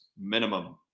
minimum